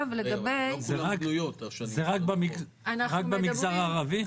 זה במגזר הערבי?